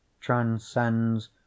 transcends